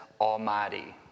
almighty